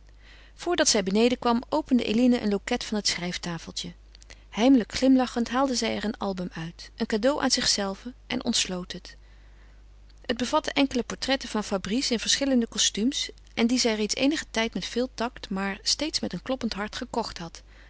voordat zij beneden kwam opende eline een loket van het schrijftafeltje heimelijk glimlachend haalde zij er een album uit een cadeau aan zichzelve en ontsloot het het bevatte enkele portretten van fabrice in verschillende kostumes en die zij reeds eenigen tijd met veel tact maar steeds met een kloppend hart gekocht had